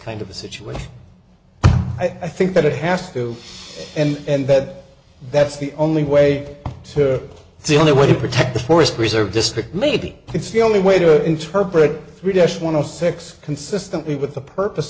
kind of a situation i think that it has to end and that that's the only way to the only way to protect the forest preserve district maybe it's the only way to interpret three deaths one of the six consistently with the purpose